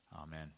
Amen